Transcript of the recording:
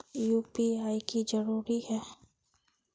UPI की जरूरी है?